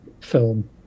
film